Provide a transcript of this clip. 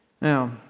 Now